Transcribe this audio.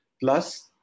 Plus